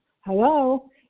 hello